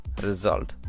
result